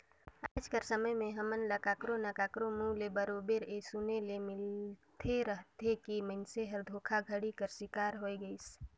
आएज कर समे में हमन ल काकरो ना काकरो मुंह ले बरोबेर ए सुने ले मिलते रहथे कि मइनसे हर धोखाघड़ी कर सिकार होए गइस